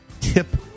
tip